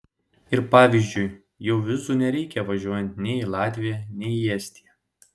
ir pavyzdžiui jau vizų nereikia važiuojant nei į latviją nei į estiją